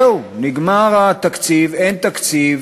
זהו, נגמר התקציב, אין תקציב,